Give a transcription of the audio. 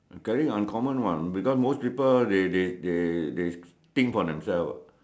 okay uncommon what because most people they they they they think for themselves what